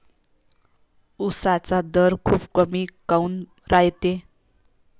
उसाचा दर खूप कमी काऊन रायते?